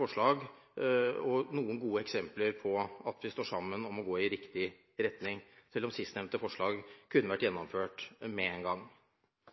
forslag gode eksempler på at vi står sammen om å gå i riktig retning, selv om sistnevnte forslag kunne vært gjennomført med en gang.